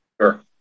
Sure